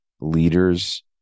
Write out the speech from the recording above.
leaders